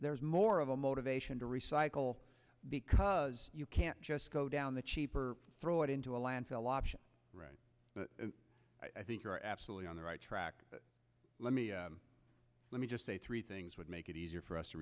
there's more of a motivation to recycle because you can't just go down the cheap or throw it into a landfill option i think you're absolutely on the right track but let me let me just say three things would make it easier for us to